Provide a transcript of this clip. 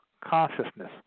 consciousness